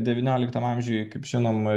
devynioliktam amžiuj kaip žinom